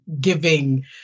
giving